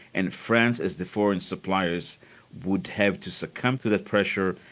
and france as the foreign suppliers would have to succumb to the pressure,